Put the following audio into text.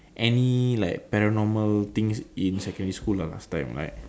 any like paranormal things in secondary school lah last time right